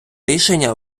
рішення